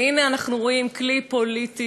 והנה, אנחנו רואים כלי פוליטי,